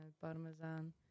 parmesan